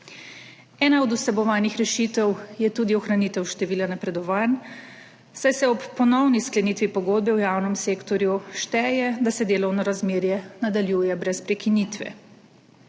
Ena od vsebovanih rešitev je tudi ohranitev števila napredovanj, saj se ob ponovni sklenitvi pogodbe v javnem sektorju šteje, da se delovno razmerje nadaljuje brez prekinitve.